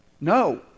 No